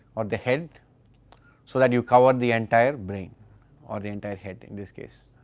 or the head so that you cover the entire brain or the entire head in this case.